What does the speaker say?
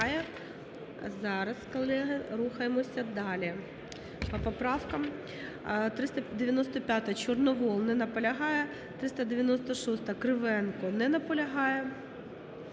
Зараз, колеги. Рухаємося далі по поправкам. 395-а, Чорновол. Не наполягає. 396-а, Кривенко. Не наполягає.